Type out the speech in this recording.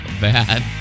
bad